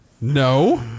No